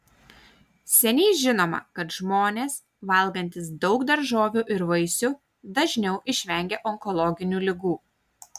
seniai žinoma kad žmonės valgantys daug daržovių ir vaisių dažniau išvengia onkologinių ligų